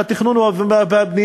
של התכנון והבנייה,